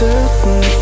Certain